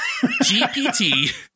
GPT